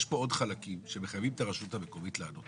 יש פה עוד חלקים שמחייבים את הרשות המקומית לענות,